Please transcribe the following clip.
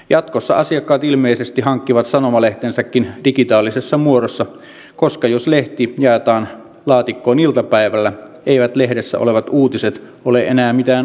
jatkossa asiakkaat ilmeisesti hankkivat sanomalehtensäkin digitaalisessa muodossa koska jos lehti jaetaan laatikkoon iltapäivällä eivät lehdessä olevat uutiset ole enää mitään uutisia